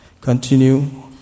continue